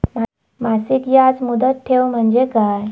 मासिक याज मुदत ठेव म्हणजे काय?